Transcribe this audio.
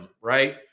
right